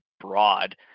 broad